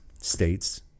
States